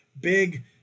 Big